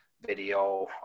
video